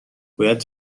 باید